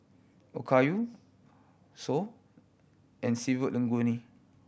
Okayu Pho and Seafood Linguine